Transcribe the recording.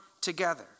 together